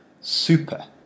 super